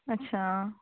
अच्छा